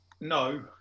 No